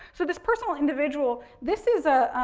so, this personal individual, this is a,